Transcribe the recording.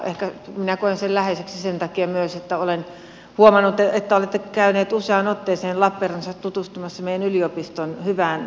ehkä minä koen sen läheiseksi sen takia myös että olen huomannut että olette käynyt useaan otteeseen lappeenrannassa tutustumassa meidän yliopiston hyvään toimintaan